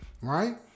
right